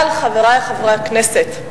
אבל, חברי חברי הכנסת,